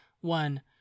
one